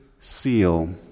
seal